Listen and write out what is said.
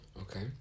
Okay